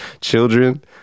children